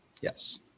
Yes